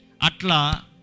Atla